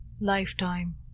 lifetime